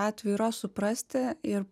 atveju yra suprasti ir